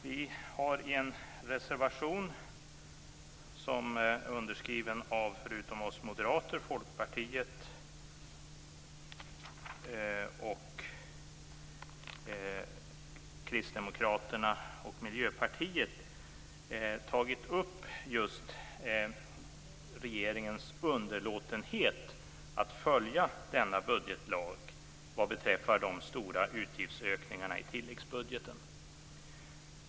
Vi har en reservation som förutom av oss moderater är underskriven av folkpartister, kristdemokrater och miljöpartister. Där har vi tagit upp just regeringens underlåtenhet att följa denna budgetlag vad beträffar de stora utgiftsökningarna i tilläggsbudgeten.